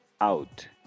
out